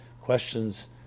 questions